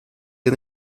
mir